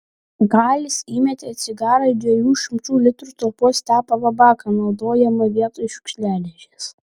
galis įmetė cigarą į dviejų šimtų litrų talpos tepalo baką naudojamą vietoj šiukšliadėžės